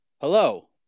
Hello